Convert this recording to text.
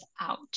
out